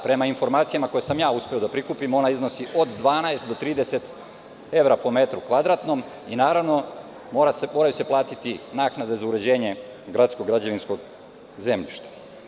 Prema informacijama koje sam ja uspeo da prikupim ona iznosi od 12 do 30 evra po metru kvadratnom i mora se platiti naknada za uređenje gradskog građevinskog zemljišta.